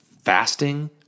fasting